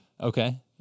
Okay